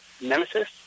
nemesis